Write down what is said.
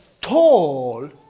tall